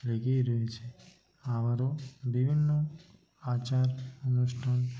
লেগেই রয়েছে আবারও বিভিন্ন আচার অনুষ্ঠান